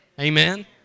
Amen